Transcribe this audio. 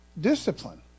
discipline